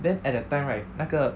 then at that time right 那个